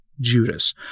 Judas